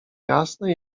jasne